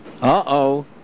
Uh-oh